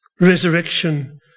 resurrection